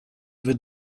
ever